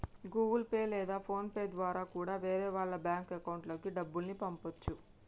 Google Pay లేదా PhonePe ద్వారా కూడా వేరే వాళ్ళ బ్యేంకు అకౌంట్లకి డబ్బుల్ని పంపచ్చు